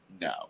no